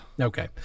Okay